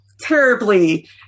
terribly